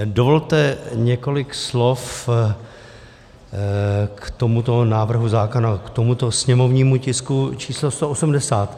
Dovolte několik slov k tomuto návrhu zákona, k tomuto sněmovnímu tisku číslo 180.